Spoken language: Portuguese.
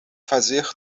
fazer